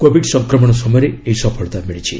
covid ସଂକ୍ରମଣ ସମୟରେ ଏହି ସଫଳତା ମିଳିଛି